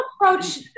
approach